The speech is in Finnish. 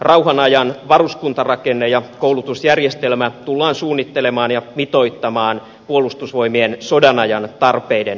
rauhanajan varuskuntarakenne ja koulutusjärjestelmä tullaan suunnittelemaan ja mitoittamaan puolustusvoimien sodanajan tarpeiden mukaisesti